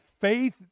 faith